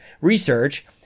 research